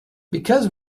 because